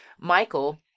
Michael